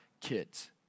kids